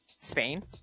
Spain